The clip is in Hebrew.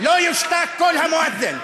לא יושתק קול המואד'ן.